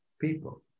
people